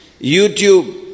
YouTube